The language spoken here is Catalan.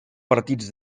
partits